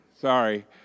Sorry